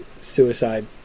suicide